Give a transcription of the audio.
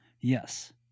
Yes